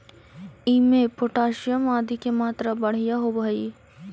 इमें पोटाशियम आदि के मात्रा बढ़िया होवऽ हई